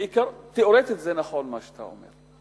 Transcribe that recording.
תיאורטית זה נכון, מה שאתה אומר.